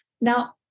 Now